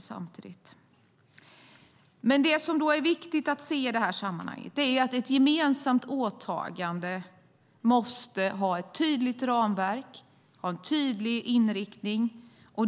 I sammanhanget är det viktigt att se att ett gemensamt åtagande måste ha ett tydligt ramverk och tydlig inriktning.